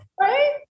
Right